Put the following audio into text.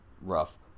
rough